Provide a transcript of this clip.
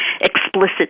explicit